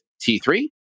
T3